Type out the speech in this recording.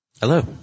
Hello